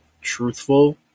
truthful